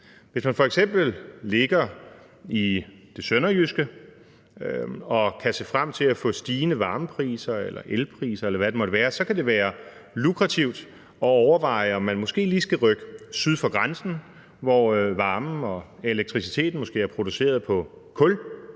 Hvis man f.eks. ligger i det sønderjyske og kan se frem til at få stigende varmepriser eller elpriser, eller hvad det måtte være, kan det være lukrativt at overveje, om man måske lige skal rykke syd for grænsen, hvor varmen og elektriciteten måske er produceret på kul,